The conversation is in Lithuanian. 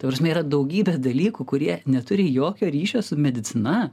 ta prasme yra daugybė dalykų kurie neturi jokio ryšio su medicina